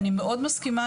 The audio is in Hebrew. אני מאוד מסכימה,